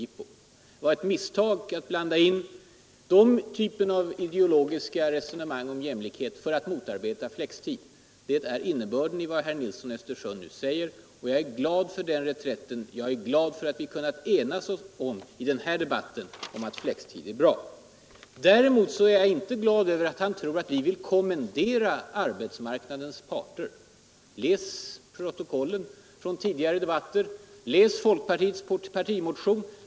Det var ett misstag att blanda in den typen av ideologiska resonemang för att motarbeta flexibel arbetstid. Det är innebörden i vad herr Nilsson i Östersund nu säger. Jag är glad över den reträtten och över att vi i den här debatten har kunnat enas om att flexibel arbetstid är bra. Däremot är jag inte glad över att herr Nilsson i Östersund tror att vi vill ”kommendera” arbetsmarknadens parter. Läs protokollen från tidigare debatter! Och läs folkpartiets partimotion!